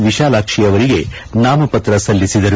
ವಿಶಾಲಾಕ್ಷಿ ಅವರಿಗೆ ನಾಮಪತ್ರ ಸಲ್ಲಿಸಿದರು